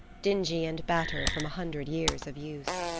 dingy and battered from a hundred years of use.